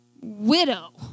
widow